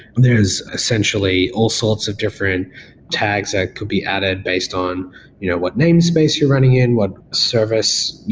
there's essentially all sorts of different tags that could be added based on you know what name space you're running in, what service,